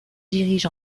dirige